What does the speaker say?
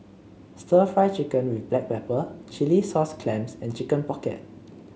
stir Fry Chicken with Black Pepper Chilli Sauce Clams and Chicken Pocket